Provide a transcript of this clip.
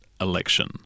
election